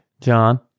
John